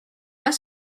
pas